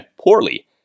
poorly